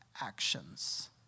actions